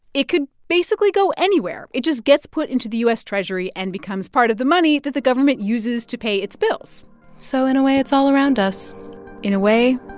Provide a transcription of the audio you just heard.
it could basically go anywhere. it just gets put into the u s. treasury and becomes part of the money that the government uses to pay its bills so in a way, it's all around us in a way,